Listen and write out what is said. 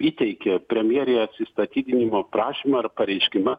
įteikė premjerei atsistatydinimo prašymą ar pareiškimą